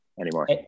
anymore